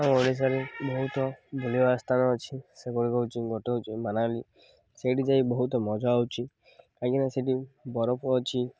ଆମ ଓଡ଼ିଶାରେ ବହୁତ ବୁଲିବା ସ୍ଥାନ ଅଛି ସେଗୁଡ଼ିକ ହେଉଛି ଗୋଟେ ହେଉଛି ମୋନାଲି ସେଇଠି ଯାଇ ବହୁତ ମଜା ହେଉଛି କାହିଁକିନା ସେଇଠି ବରଫ ଅଛି